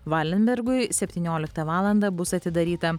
valenbergui septynioliktą valandą bus atidaryta